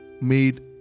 made